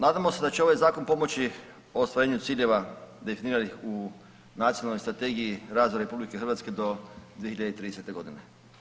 Nadamo se da će ovaj zakon pomoći u ostvarenju ciljeva definiranih u Nacionalnoj strategiji razvoja RH do 2030. godine.